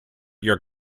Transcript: your